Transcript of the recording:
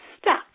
stuck